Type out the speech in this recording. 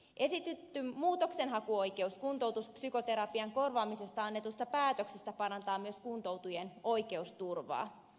esitetty muutoksenhakuoikeus kuntoutuspsykoterapian korvaamisesta annetusta päätöksestä parantaa myös kuntoutujien oikeusturvaa